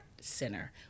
Center